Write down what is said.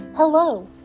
Hello